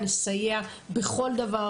נסייע בכל דבר,